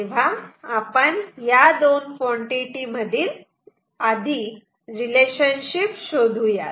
तेव्हा आपण या दोन कॉन्टिटी मधील रिलेशनशिप शोधूयात